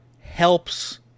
helps